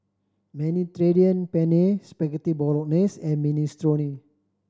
Mediterranean Penne Spaghetti Bolognese and Minestrone